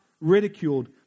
ridiculed